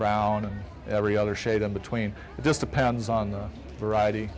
and every other shade in between it just depends on the variety